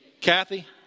Kathy